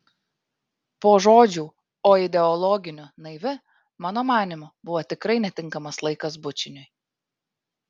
po žodžių o ideologiniu naivi mano manymu buvo tikrai netinkamas laikas bučiniui